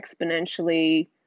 exponentially